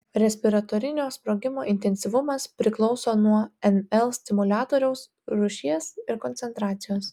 respiratorinio sprogimo intensyvumas priklauso nuo nl stimuliatoriaus rūšies ir koncentracijos